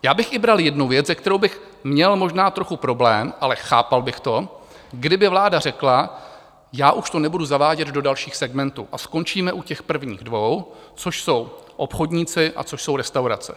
Já bych i bral jednu věc, se kterou bych měl možná trochu problém, ale chápal bych to, kdyby vláda řekla: já už to nebudu zavádět do dalších segmentů a skončíme u těch prvních dvou, což jsou obchodníci a což jsou restaurace.